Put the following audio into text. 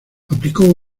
aplicó